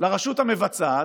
לרשות המבצעת,